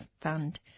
Fund